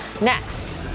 next